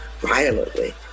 violently